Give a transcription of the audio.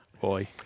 Boy